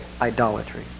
idolatry